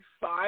five